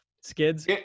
Skids